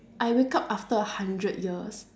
I wake up after a hundred years